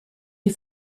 die